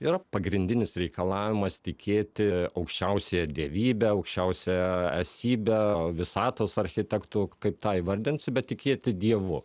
yra pagrindinis reikalavimas tikėti aukščiausiąja dievybe aukščiausia esybe visatos architektu kaip tą įvardinsi bet tikėti dievu